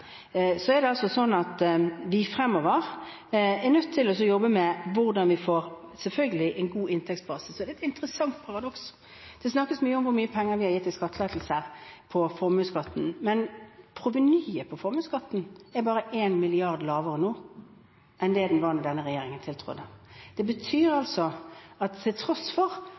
vi selvfølgelig også nødt til å jobbe med hvordan vi får en god inntektsbase. Det er et interessant paradoks: Det snakkes om hvor mye penger vi har gitt i skattelettelse på formuesskatten, men provenyet fra formuesskatten er bare én milliard lavere nå enn den var da denne regjeringen tiltrådte. Det betyr at til tross for